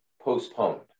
postponed